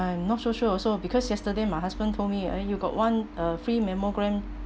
uh I'm not so sure also because yesterday my husband told me ah you got one uh free mammogram